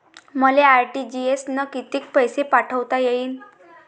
मले आर.टी.जी.एस न कितीक पैसे पाठवता येईन?